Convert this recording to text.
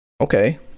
Okay